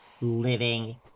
living